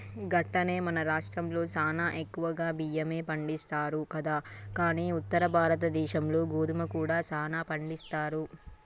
గట్లనే మన రాష్ట్రంలో సానా ఎక్కువగా బియ్యమే పండిస్తారు కదా కానీ ఉత్తర భారతదేశంలో గోధుమ కూడా సానా పండిస్తారు